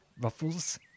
Ruffles